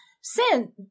sin